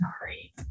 Sorry